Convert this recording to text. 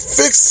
fix